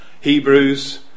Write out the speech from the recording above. hebrews